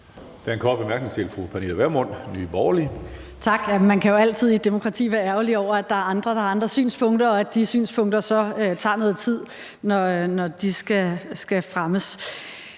Nye Borgerlige. Kl. 12:10 Pernille Vermund (NB): Tak. Ja, man kan jo altid i et demokrati være ærgerlig over, at der er andre, der har andre synspunkter, og at de synspunkter så tager noget tid, når de skal fremmes.